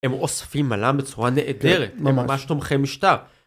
הם אוספים עליו בצורה נהדרת, הם ממש תומכי משטר.